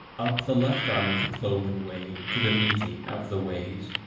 up the left arm of the cloven way, to the meeting of the ways.